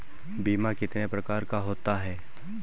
बीमा कितने प्रकार का होता है?